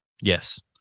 Yes